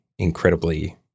incredibly